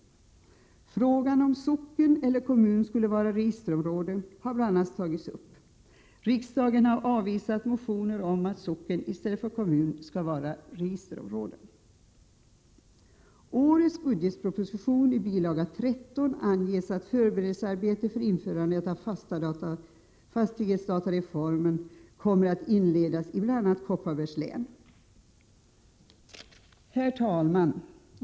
a. har frågan om socken eller kommun skall vara registerområde tagits upp. Riksdagen har avvisat motioner om att socken i stället för kommun skall vara registerområde. I bil. 13 i årets budgetproposition anges att förberedelsearbetet med anledning av införandet av fastighetsdatareformen kommer att inledas i bl.a. Kopparbergs län. Herr talman!